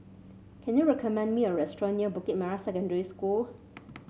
can you recommend me a restaurant near Bukit Merah Secondary School